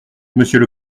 monsieur